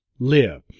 Live